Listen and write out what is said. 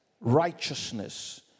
righteousness